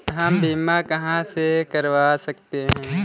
हम बीमा कहां से करवा सकते हैं?